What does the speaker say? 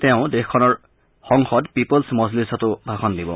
তেওঁ দেশখনৰ সংসদ পিপ'লছ মজলিছতো ভাষণ দিব